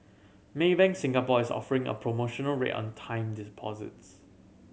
Maybank Singapore is offering a promotional rate on time